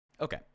Okay